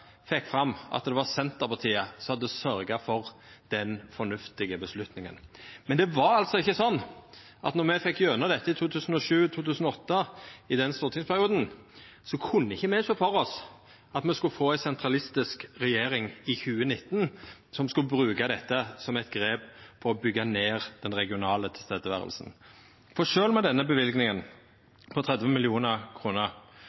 fekk fram at det var Senterpartiet som hadde sørgt for den fornuftige avgjerda. Men det var altså ikkje slik, då me fekk gjennom dette i stortingsperioden 2007–2008, at me kunne sjå for oss at me i 2019 skulle få ei sentralistisk regjering som skulle bruka dette som eit grep for å byggja ned det regionale nærværet. For sjølv med denne